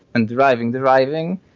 and deriving, deriving,